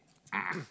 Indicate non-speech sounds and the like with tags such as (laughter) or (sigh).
(coughs)